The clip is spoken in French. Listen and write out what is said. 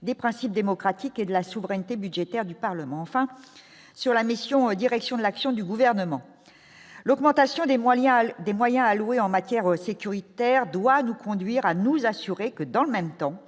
des principes démocratiques et de la souveraineté budgétaire du Parlement, enfin sur la mission, direction de l'action du gouvernement, l'augmentation des moyens, des moyens alloués en matière sécuritaire doit nous conduire à nous assurer que dans le même temps,